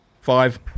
Five